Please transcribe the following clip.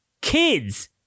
Kids